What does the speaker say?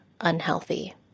unhealthy